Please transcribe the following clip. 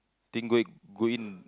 think go in go in